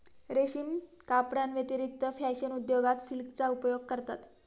रेशीम कपड्यांव्यतिरिक्त फॅशन उद्योगात सिल्कचा उपयोग करतात